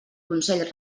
consell